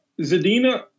Zadina